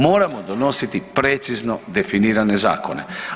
Moramo donositi precizno definirane zakone.